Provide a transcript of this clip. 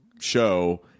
show